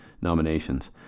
nominations